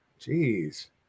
Jeez